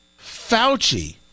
Fauci